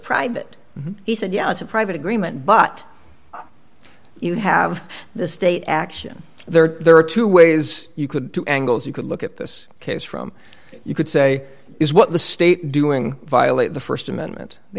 private he said yeah it's a private agreement but you have the state action there there are two ways you could do angles you could look at this case from you could say is what the state doing violate the st amendment the